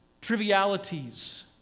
trivialities